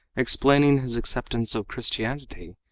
explaining his acceptance of christianity,